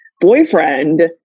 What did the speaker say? boyfriend